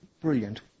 brilliant